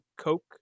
coke